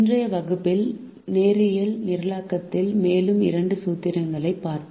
இன்றைய வகுப்பில் நேரியல் நிரலாக்கத்தில் மேலும் இரண்டு சூத்திரங்களைப் பார்ப்போம்